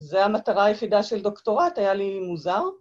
זה המטרה היחידה של דוקטורט, היה לי מוזר...